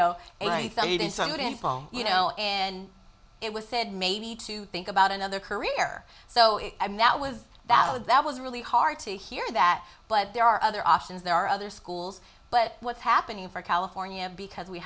info you know and it was said maybe to think about another career so i mean that was valid that was really hard to hear that but there are other options there are other schools but what's happening for california because we